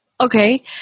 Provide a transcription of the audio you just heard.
Okay